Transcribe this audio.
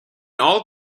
all